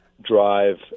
drive